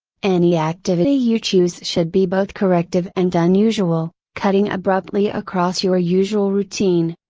any activity you choose should be both corrective and unusual, cutting abruptly across your usual routine.